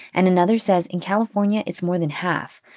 and another says, in california, it's more than half.